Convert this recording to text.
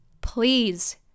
please